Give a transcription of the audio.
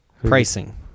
Pricing